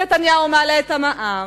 נתניהו מעלה את המע"מ.